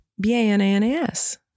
B-A-N-A-N-A-S